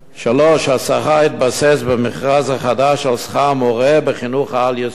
השכר יתבסס על שכר מורה בחינוך העל-יסודי,